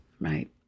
right